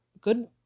good